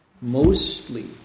Mostly